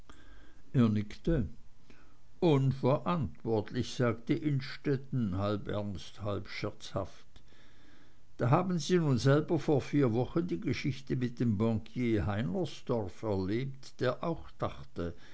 unverantwortlich sagte innstetten halb ernst halb scherzhaft da haben sie nun selber vor vier wochen die geschichte mit dem bankier heinersdorf erlebt der auch dachte